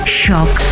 shock